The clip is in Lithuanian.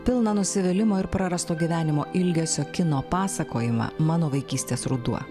pilną nusivylimo ir prarasto gyvenimo ilgesio kino pasakojimą mano vaikystės ruduo